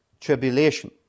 tribulation